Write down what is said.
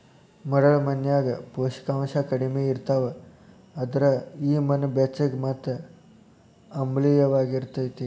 ಮರಳ ಮಣ್ಣಿನ್ಯಾಗ ಪೋಷಕಾಂಶ ಕಡಿಮಿ ಇರ್ತಾವ, ಅದ್ರ ಈ ಮಣ್ಣ ಬೆಚ್ಚಗ ಮತ್ತ ಆಮ್ಲಿಯವಾಗಿರತೇತಿ